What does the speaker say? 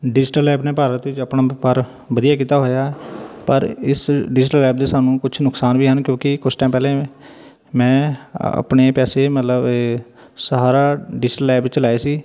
digital app ਨੇ ਭਾਰਤ ਵਿੱਚ ਆਪਣਾ ਵਪਾਰ ਵਧੀਆ ਕੀਤਾ ਹੋਇਆ ਪਰ ਇਸ ਡਿਜ਼ੀਟਲ ਐਪ ਦੇ ਸਾਨੂੰ ਕੁਛ ਨੁਕਸਾਨ ਵੀ ਹਨ ਕਿਉਂਕਿ ਕੁਛ ਟਾਇਮ ਪਹਿਲੇ ਮੈਂ ਆਪਣੇ ਪੈਸੇ ਮਤਲਬ ਇਹ ਸਹਾਰਾ ਡਿਜ਼ੀਟਲ ਐਪ ਵਿੱਚ ਲਾਏ ਸੀ